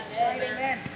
Amen